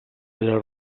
era